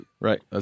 Right